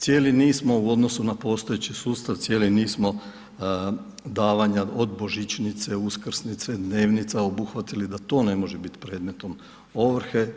Cijeli niz smo u odnosu na postojeći sustav, cijeli niz smo davanja od božićnice, uskrsnice, dnevnica obuhvatili da to ne može biti predmetnom ovrhe.